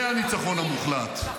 זה הניצחון המוחלט.